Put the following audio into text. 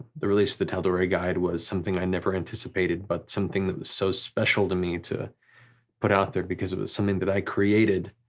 the release of the tal'dorei guide was something i never anticipated, but something that was so special to me to put out there because it was something that i created,